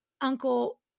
uncle